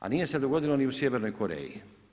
A nije se dogodilo ni u Sjevernoj Koreji.